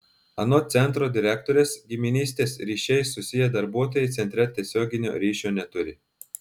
anot centro direktorės giminystės ryšiais susiję darbuotojai centre tiesioginio ryšio neturi